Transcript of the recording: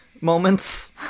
moments